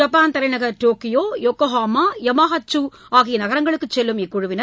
Japan தலைநகர் Tokyo Yokohama Hamamatsu ஆகிய நகரங்களுக்குச் செல்லும் இக்குழுவினர்